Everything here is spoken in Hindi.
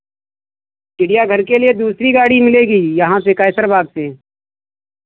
चिड़िया घर के लिए दूसरी गाड़ी मिलेगी यहाँ से कैसर बाग़ से